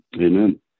Amen